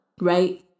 right